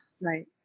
Right